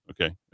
okay